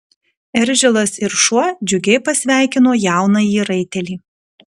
eržilas ir šuo džiugiai pasveikino jaunąjį raitelį